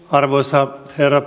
arvoisa herra